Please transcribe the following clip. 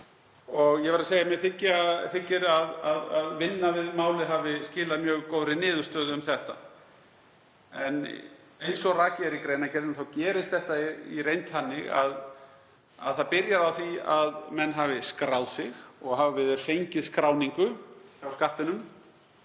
og ég verð að segja að mér þykir að vinnan við málið hafi skilað mjög góðri niðurstöðu um þetta. En eins og rakið er í greinargerðinni þá gerist þetta í reynd þannig að það byrjar á því að menn hafi skráð sig og hafi þeir fengið skráningu hjá Skattinum